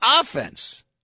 offense